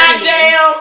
Goddamn